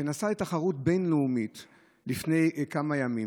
והוא נסע לתחרות בין-לאומית לפני כמה ימים.